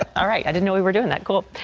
i didn't know we were doing that. cool.